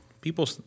people